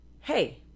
hey